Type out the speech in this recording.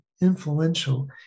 influential